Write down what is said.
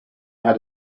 has